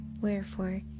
wherefore